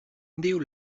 diu